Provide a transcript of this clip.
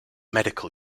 medical